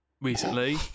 recently